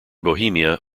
bohemia